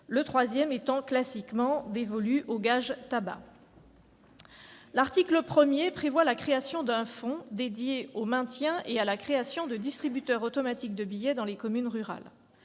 le troisième étant classiquement dévolu au gage sur les tabacs. L'article 1 prévoit la création d'un fonds dédié au maintien et à la création de distributeurs automatiques de billets dans les communes rurales.